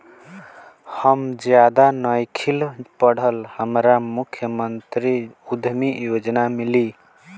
हम ज्यादा नइखिल पढ़ल हमरा मुख्यमंत्री उद्यमी योजना मिली?